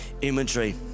imagery